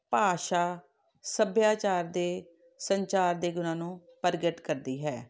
ਭਾਸ਼ਾ ਸੱਭਿਆਚਾਰ ਦੇ ਸੰਚਾਰ ਦੇ ਗੁਣਾਂ ਨੂੰ ਪ੍ਰਗਟ ਕਰਦੀ ਹੈ